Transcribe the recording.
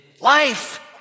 life